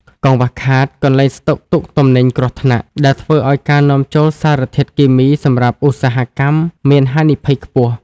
កង្វះខាត "កន្លែងស្តុកទុកទំនិញគ្រោះថ្នាក់" ដែលធ្វើឱ្យការនាំចូលសារធាតុគីមីសម្រាប់ឧស្សាហកម្មមានហានិភ័យខ្ពស់។